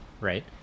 right